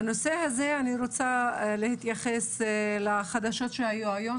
בנושא הזה אני רוצה להתייחס לחדשות שהיו היום